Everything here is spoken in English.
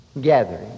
Gathering